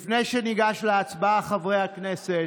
לפני שניגש להצבעה, חברי הכנסת,